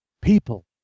people